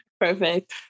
Perfect